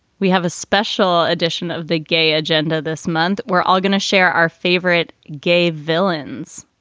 we have a special edition of the gay agenda this month. we're all going to share our favorite gay villains,